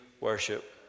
worship